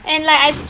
and like I